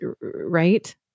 right